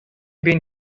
been